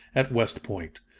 at west point.